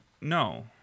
No